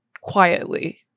quietly